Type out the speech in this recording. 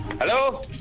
Hello